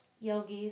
yogis